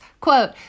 Quote